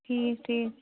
ٹھیٖک ٹھیٖک